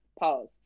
pause